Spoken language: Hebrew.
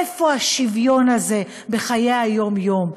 איפה השוויון הזה בחיי היום-יום?